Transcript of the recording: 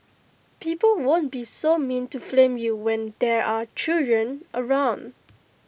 people won't be so mean to flame you when there are children around